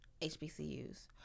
HBCUs